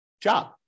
job